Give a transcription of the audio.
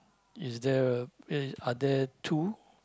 is there a eh are there two